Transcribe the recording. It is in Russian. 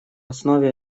основе